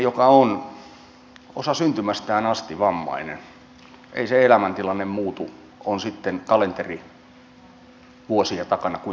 ihmisellä joka on syntymästään asti vammainen ei se elämäntilanne muutu on sitten kalenterivuosia takana kuinka paljon tahansa